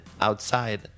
outside